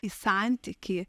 į santykį